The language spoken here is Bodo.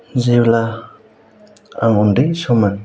जेब्ला आं उन्दै सममोन